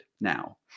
now